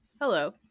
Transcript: Hello